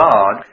God